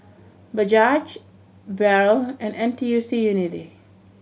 Bajaj Barrel and N T U C Unity